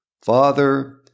Father